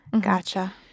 Gotcha